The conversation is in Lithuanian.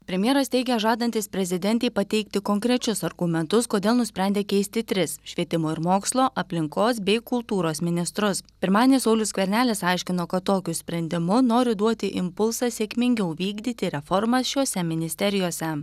premjeras teigia žadantis prezidentei pateikti konkrečius argumentus kodėl nusprendė keisti tris švietimo ir mokslo aplinkos bei kultūros ministrus pirmadienį saulius skvernelis aiškino kad tokiu sprendimu nori duoti impulsą sėkmingiau vykdyti reformas šiose ministerijose